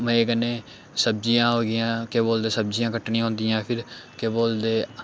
मजे कन्नै सब्जियां हो गेइयां केह् बोलदे सब्जियां कट्टनियां होंदियां फिर केह् बोलदे